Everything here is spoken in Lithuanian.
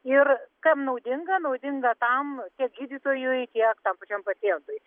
ir kam naudinga naudinga tam tiek gydytojui tiek tam pačiam pacientui